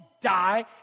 die